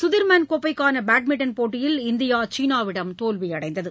Sudirman கோப்பைக்கானபேட்மின்டன் போட்டியில் India சீனாவிடம் தோல்விஅடைந்தது